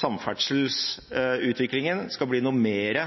samferdselsutviklingen skal bli noe mer